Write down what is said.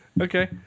Okay